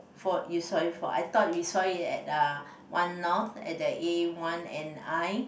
for you saw it for I thought we saw it at uh One North at the A one and I